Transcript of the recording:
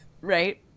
Right